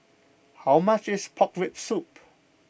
how much is Pork Rib Soup